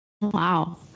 Wow